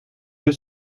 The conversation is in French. yeux